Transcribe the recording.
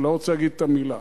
אני לא רוצה להגיד את המלה,